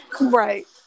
Right